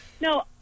No